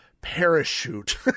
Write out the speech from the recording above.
parachute